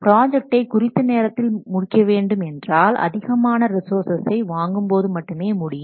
பிராஜக்ட்டை குறித்த நேரத்தில் முடிக்க வேண்டும் என்றால் அதிகமான ரிஸோர்ஸ்சசை வாங்கும்போது மட்டுமே முடியும்